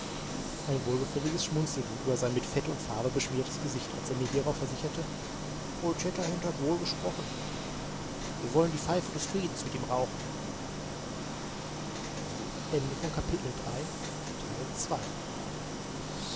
ein wohlgefälliges schmunzeln ging über sein mit fett und farbe beschmiertes gesicht als er mir hierauf versicherte old shatterhand hat wohl gesprochen wir wollen die pfeife des friedens mit ihm rauchen